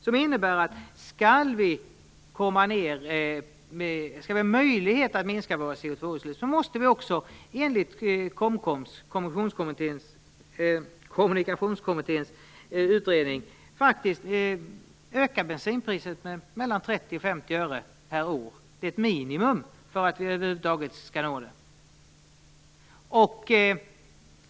Den innebär att om vi skall ha möjlighet att minska CO2-utsläppen måste vi enligt Kommunikationskommitténs utredning öka bensinpriset med mellan 30 och 50 öre per år. Det är ett minimum för att vi över huvud taget skall nå det målet.